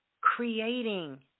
creating